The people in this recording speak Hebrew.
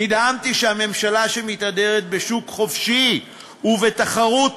נדהמתי שהממשלה שמתהדרת בשוק חופשי ובתחרות,